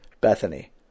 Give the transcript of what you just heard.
Bethany